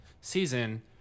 season